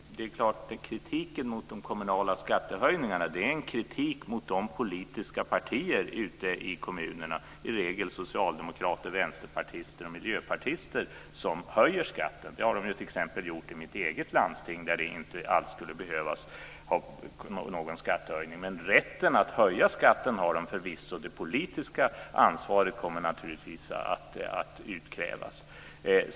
Fru talman! Jo, det är klart. Kritiken mot de kommunala skattehöjningarna är en kritik mot de olika partiernas politiker ute i kommunerna, i regel socialdemokrater, vänsterpartister och miljöpartister, som höjer skatten. Det har de t.ex. gjort i mitt eget hemlandsting, där det inte skulle behövas någon skattehöjning. Rätten att höja skatten har de förvisso, men det politiska ansvaret kommer naturligtvis att utkrävas.